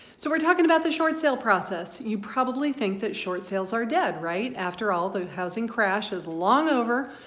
so we're talking about the short sale process. you probably think that short sales are dead, right? after all, the housing crash is long over,